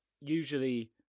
usually